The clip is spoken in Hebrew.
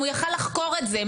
הוא יכל לחקור את זה,